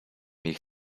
ich